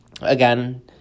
Again